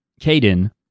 Caden